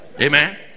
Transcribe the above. Amen